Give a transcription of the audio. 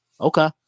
Okay